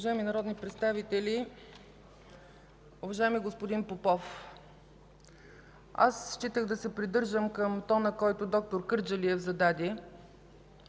Уважаеми народни представители! Уважаеми господин Попов, считах да се придържам към тона, който д-р Кърджалиев зададе